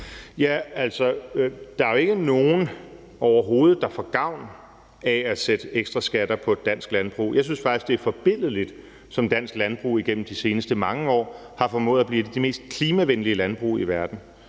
(DF): Der er jo ikke nogen overhovedet, der får gavn af at sætte ekstra skatter på et dansk landbrug. Jeg synes faktisk, det er forbilledligt, som dansk landbrug igennem de seneste mange år har formået at blive et af de mest klimavenlige landbrug i verden.